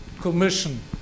Commission